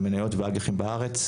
ממניות ואג"חים בארץ,